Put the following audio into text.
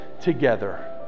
together